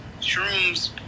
Shrooms